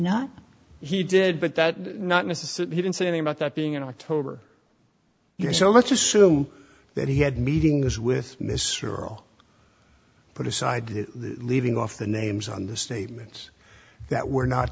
not he did but that not necessarily he didn't see any about that being in october you're so let's assume that he had meetings with miss or all put aside leaving off the names on the statements that were not